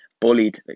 bullied